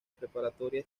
preparatoria